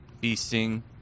feasting